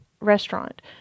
restaurant